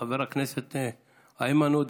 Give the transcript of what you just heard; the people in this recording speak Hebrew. חבר הכנסת איימן עודָה,